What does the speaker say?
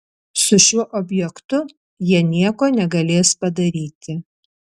su šiuo objektu jie nieko negalės padaryti